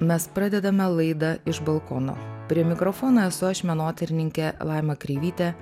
mes pradedame laidą iš balkono prie mikrofono esu aš menotyrininkė laima kreivytė